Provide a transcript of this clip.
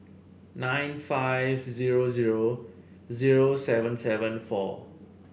nine five zero zero zero seven seven four